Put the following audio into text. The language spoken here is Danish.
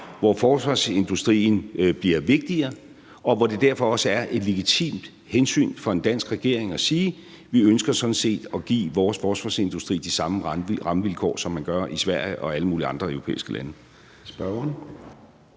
hvor forsvarsindustrien bliver vigtigere, og hvor det derfor også er et legitimt hensyn for en dansk regering at sige, at vi ønsker sådan set at give vores forsvarsindustri de samme rammevilkår, som man gør i Sverige og alle mulige andre europæiske lande.